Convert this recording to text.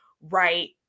right